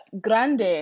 grande